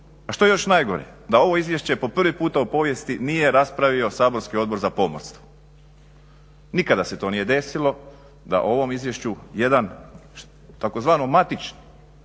A što je još najgore? Da ovo izvješće po prvi puta u povijesti nije raspravio saborski Odbor za pomorstvo. Nikada se to nije desilo da ovom izvješću jedan tzv. matični